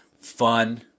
Fun